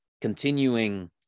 continuing